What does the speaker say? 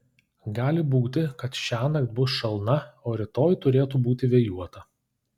gali būti kad šiąnakt bus šalna o rytoj turėtų būti vėjuota